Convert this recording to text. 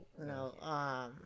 no